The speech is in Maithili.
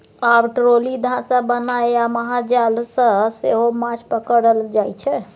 आब ट्रोली, धासा बनाए आ महाजाल सँ सेहो माछ पकरल जाइ छै